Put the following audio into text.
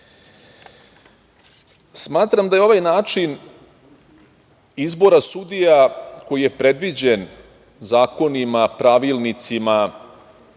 veći. Smatram da je ovaj način izbora sudija, koji je predviđen zakonima, pravilnicima